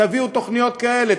תביאו תוכניות כאלה,